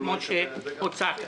כפי שהצעת.